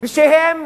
ושהם